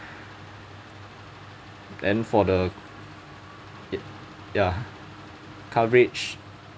then for the it ya coverage